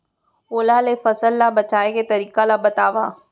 ओला ले फसल ला बचाए के तरीका ला बतावव?